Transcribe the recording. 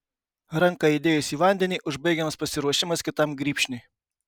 ranką įdėjus į vandenį užbaigiamas pasiruošimas kitam grybšniui